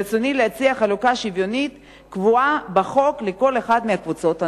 3. האם תיקבע חלוקה שוויונית קבועה בחוק לכל אחת מהקבוצות הנ"ל?